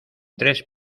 tres